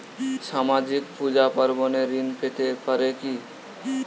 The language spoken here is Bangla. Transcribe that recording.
সামাজিক পূজা পার্বণে ঋণ পেতে পারে কি?